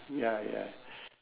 ya ya